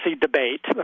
debate